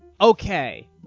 okay